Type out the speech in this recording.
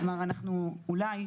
אנחנו אולי,